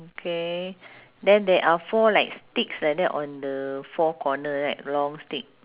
okay then there are four like sticks like that on the four corner right long stick